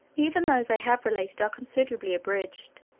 even those i have related are considerably abridged.